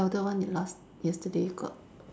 elder one is last yesterday got